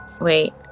wait